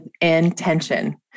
intention